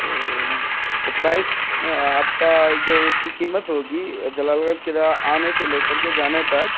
تو تو پرائز آپ کا جو اس کی قیمت ہوگی جلال گڑھ قلع آنے سے لے کر کے جانے تک